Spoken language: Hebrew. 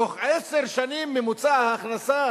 בתוך עשר שנים ממוצע ההכנסה